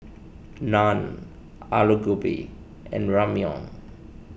Naan Alu Gobi and Ramyeon